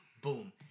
Boom